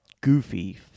goofy